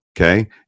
okay